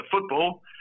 football